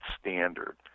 standard